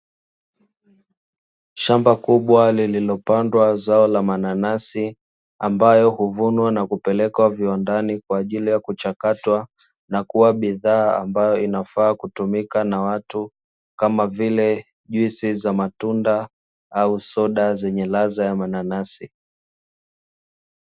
Shamba kubwa lililopandwa zao la mananasi ambayo huvunwa na kupelekwa viwandani kwa ajili ya kuchakatwa na kuwa bidhaa ambayo inafaa kutumika na watu, kama vile juisi za matunda au soda zenye ladha ya mananasi.